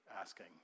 asking